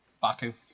Baku